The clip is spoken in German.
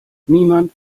niemand